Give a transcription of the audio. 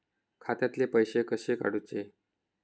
खात्यातले पैसे कसे काडूचे?